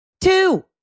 Two